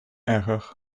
erger